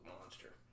monster